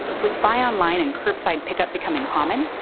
with buy online and curbside pickup becoming common,